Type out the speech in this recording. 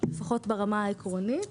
לפחות ברמה העקרונית,